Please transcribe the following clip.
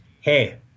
hey